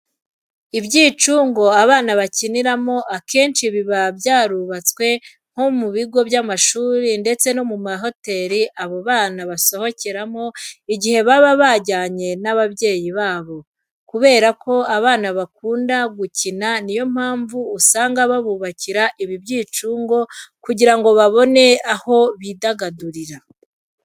Ibyicungo abana bakiniramo akenshi biba byarubatswe nko ku bigo by'amashuri ndetse no mu mahoteli abo bana basohokeramo igihe baba bajyanye n'ababyeyi babo. Kubera ko abana bakunda gukina niyo mpamvu usanga babubakira ibi byicungo kugira ngo babone aho bidagadurira.